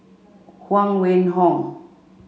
Huang Wenhong